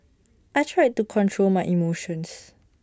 I tried to control my emotions